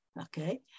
Okay